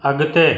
अॻिते